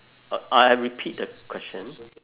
I repeat the question